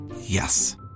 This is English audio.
Yes